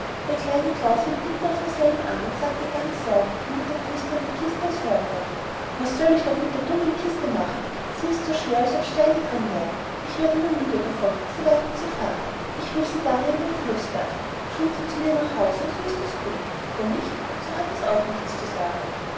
der kleine klaus hielt mitten auf derselben an und sagte ganz laut damit der küster in der kiste es hören könne was soll ich doch mit der dummen kiste machen sie ist so schwer als ob steine d'rin wären ich werde nur müde davon sie weiter zu fahren ich will sie daher in den fluß werfen schwimmt sie zu mir nach hause so ist es gut wo nicht so hat es auch nichts zu sagen